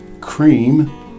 cream